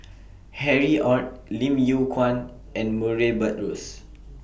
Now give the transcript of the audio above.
Harry ORD Lim Yew Kuan and Murray Buttrose